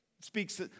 Speaks